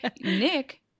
Nick